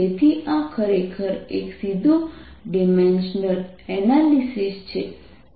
તેથી આ ખરેખર એક સીધું ડિમેન્શનલ એનાલિસિસ છે